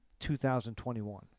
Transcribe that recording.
2021